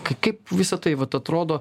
kaip kaip visa tai vat atrodo